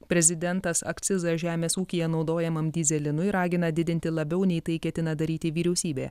prezidentas akcizą žemės ūkyje naudojamam dyzelinui ragina didinti labiau nei tai ketina daryti vyriausybė